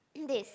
this